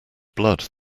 blood